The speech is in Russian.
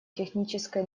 техническое